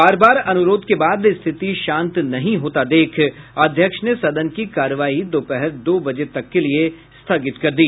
बार बार अनुरोध के बाद स्थिति शांत नहीं होते देख अध्यक्ष ने सदन की कार्यवाही दोपहर दो बजे तक के लिये स्थगित कर दी